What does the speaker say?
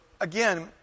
again